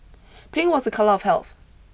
pink was a colour of health